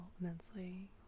immensely